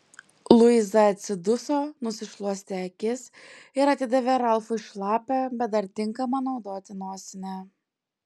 luiza atsiduso nusišluostė akis ir atidavė ralfui šlapią bet dar tinkamą naudoti nosinę